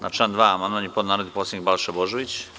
Na član 2. amandman je podneo narodni poslanik Balša Božović.